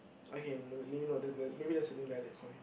okay then maybe not there is a maybe that's invalid for him